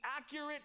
accurate